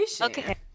Okay